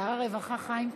שר הרווחה חיים כץ.